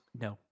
No